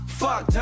fuck